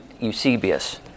Eusebius